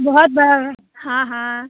बहुत बार हाँ हाँ